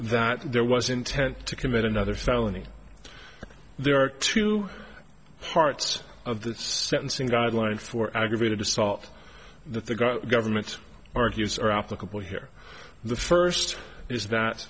that there was intent to commit another felony there are two parts of the sentencing guidelines for aggravated assault the government argues are applicable here the first is that